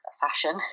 fashion